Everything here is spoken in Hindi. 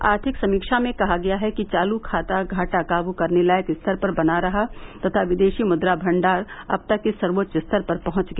आर्थिक समीक्षा में कहा गया है कि चालू खाता घाटा काबू करने लायक स्तर पर बना रहा तथा विदेशी मुद्रा भंडार अब तक के सर्वोच्च स्तर पर पहुंच गया